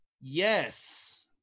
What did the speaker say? Yes